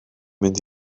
mynd